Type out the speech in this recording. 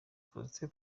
faustin